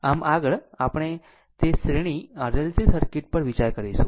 આમ આગળ આપણે તે શ્રેણી RLC સર્કિટ પર વિચાર કરીશું